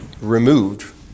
removed